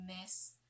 miss